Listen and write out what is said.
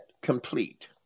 complete